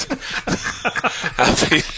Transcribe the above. happy